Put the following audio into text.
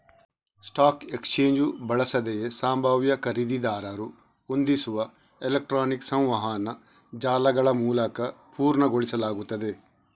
stock exchange ಬಳಸದೆಯೇ ಸಂಭಾವ್ಯ ಖರೀದಿದಾರರು ಹೊಂದಿಸುವ ಎಲೆಕ್ಟ್ರಾನಿಕ್ ಸಂವಹನ ಜಾಲಗಳಮೂಲಕ ಪೂರ್ಣಗೊಳಿಸಲಾಗುತ್ತದೆ